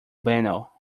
banal